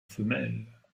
femelle